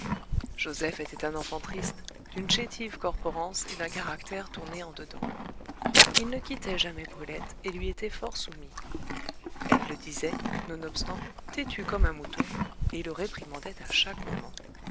joseph était un enfant triste d'une chétive corporence et d'un caractère tourné en dedans il ne quittait jamais brulette et lui était fort soumis elle le disait nonobstant têtu comme un mouton et le réprimandait à chaque moment